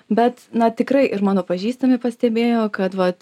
bet na tikrai ir mano pažįstami pastebėjo kad vat